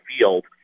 field